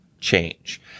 Change